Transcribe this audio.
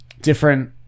different